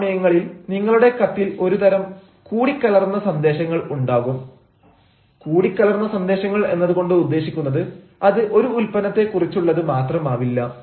ചില സമയങ്ങളിൽ നിങ്ങളുടെ കത്തിൽ ഒരുതരം കൂടി കലർന്ന സന്ദേശങ്ങൾ ഉണ്ടാകും കൂടിക്കലർന്ന സന്ദേശങ്ങൾ എന്നതുകൊണ്ട് ഉദ്ദേശിക്കുന്നത് അത് ഒരു ഉൽപ്പന്നത്തെ കുറിച്ചുള്ളത് മാത്രമാവില്ല